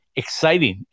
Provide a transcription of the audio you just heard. exciting